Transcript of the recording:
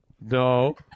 No